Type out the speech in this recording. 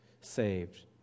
saved